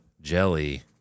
jelly